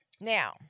now